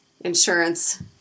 insurance